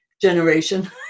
generation